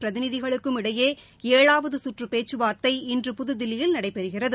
பிரதிநிதிகளுக்கும் இடையே ஏழாவது கற்று பேச்சுவார்த்தை இன்று புதில்லியில் நடைபெறுகிறது